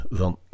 van